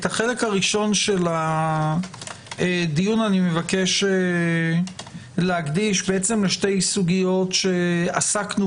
את החלק הראשון של הדיון אבקש להקדיש לשתי סוגיות שעסקנו